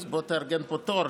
אז בוא תארגן פה תור,